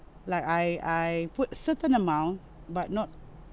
like I I put certain amount but not